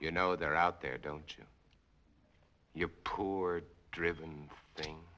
you know they're out there don't you you're poor driven thing